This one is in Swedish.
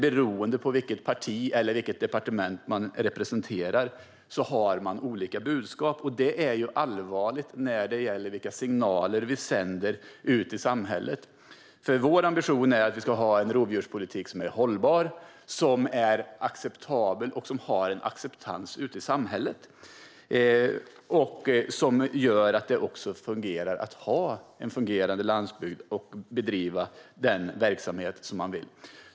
Beroende på vilket parti eller departement man representerar har man olika budskap. Det är allvarligt när det gäller vilka signaler vi sänder ut i samhället. Vår ambition är att vi ska ha en rovdjurspolitik som är hållbar och acceptabel och som har en acceptans i samhället. Vi ska ha en rovdjurspolitik som gör att det går att ha en fungerande landsbygd där man kan bedriva den verksamhet man vill.